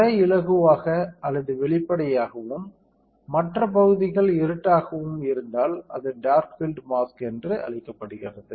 முறை இலகுவாக அல்லது வெளிப்படையாகவும் மற்ற பகுதிகள் இருட்டாகவும் இருந்தால் அது டார்க் பீல்ட் மாஸ்க் என்று அழைக்கப்படுகிறது